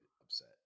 upset